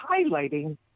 highlighting